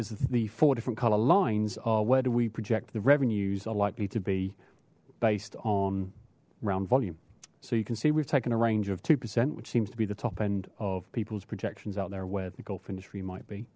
is the four different color lines are where do we project the revenues are likely to be based on round volume so you can see we've taken a range of two percent which seems to be the top end of people's projections out there where the golf industry might be